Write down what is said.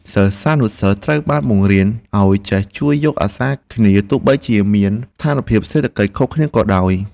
សិស្សានុសិស្សត្រូវបានបង្រៀនឱ្យចេះជួយយកអាសាគ្នាទោះបីជាមានស្ថានភាពសេដ្ឋកិច្ចខុសគ្នាក៏ដោយ។